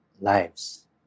lives